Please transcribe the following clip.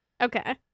okay